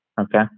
okay